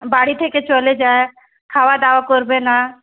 বাড়ি থেকে চলে যায় খাওয়া দাওয়া করবে না